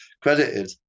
credited